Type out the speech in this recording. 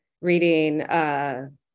reading